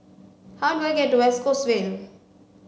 how do I get to West Coast Vale